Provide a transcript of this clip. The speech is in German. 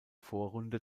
vorrunde